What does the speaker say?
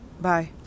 bye